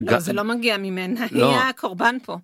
זה לא מגיע ממנה, היא הקורבן פה.